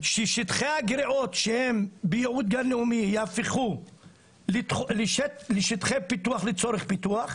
ששטחי הגריעות שהם ביעוד גן לאומי יהפכו לשטחי פיתוח לצורך פיתוח,